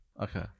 Okay